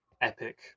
epic